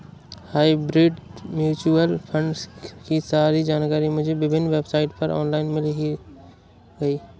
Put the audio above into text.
hybrid mutual fund की सारी जानकारी मुझे विभिन्न वेबसाइट पर ऑनलाइन ही मिल गयी